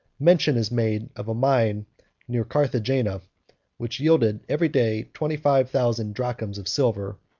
mention is made of a mine near carthagena which yielded every day twenty-five thousand drachmns of silver,